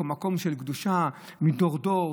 מקום של קדושה מדור-דור,